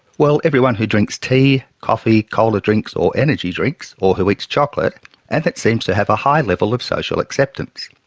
well, everyone who drinks tea, coffee, cola drinks or energy drinks, or who eats chocolate and that seems to have a high level of social acceptance?